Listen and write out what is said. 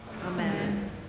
Amen